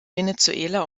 venezuela